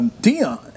Dion